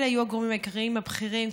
אלה היו הגורמים העיקריים הבכירים,